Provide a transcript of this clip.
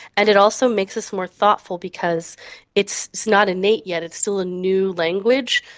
and it also makes us more thoughtful because it's it's not innate yet, it's still a new language,